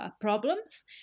problems